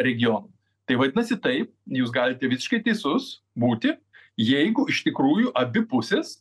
regionų tai vadinasi taip jūs galite visiškai teisus būti jeigu iš tikrųjų abi pusės